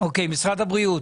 משרד הבריאות.